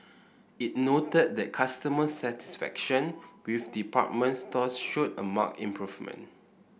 it noted that customer satisfaction with department stores showed a marked improvement